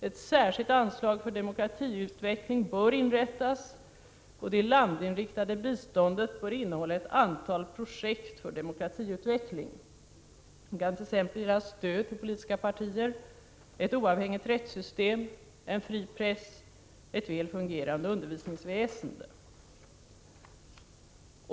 Ett särskilt anslag för demokratiutveckling bör inrättas, och det landinriktade biståndet bör innehålla ett antal projekt för demokratiutveckling. Det kan gälla t.ex. stöd till politiska partier, ett oavhängigt rättssystem, en fri press, ett väl fungerande undervisningsväsende.